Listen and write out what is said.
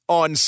on